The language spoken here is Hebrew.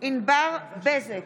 ענבר בזק,